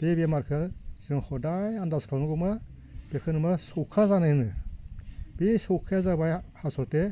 बे बेमारखो जों हदाय आन्दाय खालामनांगौ मा बेखौनो मा सबखा जानाय होनो बे सबखाया जाबाय आसलथे